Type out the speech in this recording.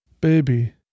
Baby